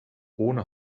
ohne